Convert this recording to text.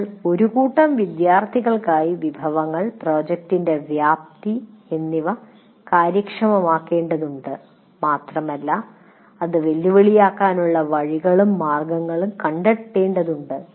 നിങ്ങൾ ഒരു കൂട്ടം വിദ്യാർത്ഥികൾക്കായി വിഭവങ്ങൾ പ്രോജക്റ്റിന്റെ വ്യാപ്തി എന്നിവ നന്നായി കാര്യക്ഷമമാക്കേണ്ടതുണ്ട് മാത്രമല്ല അത് വെല്ലുവിളിയാക്കാനുള്ള വഴികളും മാർഗങ്ങളും കണ്ടെത്തേണ്ടതുണ്ട്